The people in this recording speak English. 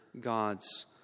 God's